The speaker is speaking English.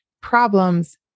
problems